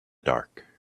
dark